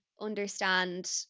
understand